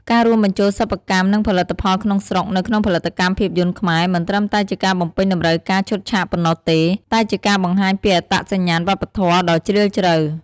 ការរួមបញ្ចូល សិប្បកម្ម និងផលិតផលក្នុងស្រុក នៅក្នុងផលិតកម្មភាពយន្តខ្មែរ មិនត្រឹមតែជាការបំពេញតម្រូវការឈុតឆាកប៉ុណ្ណោះទេ តែជាការបង្ហាញពីអត្តសញ្ញាណវប្បធម៌ដ៏ជ្រាលជ្រៅ។